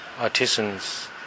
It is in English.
artisans